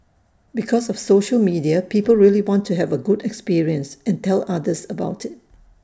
because of social media people really want to have A good experience and tell others about IT